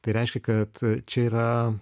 tai reiškia kad čia yra